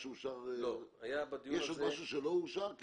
יש עוד משהו שלא אושר?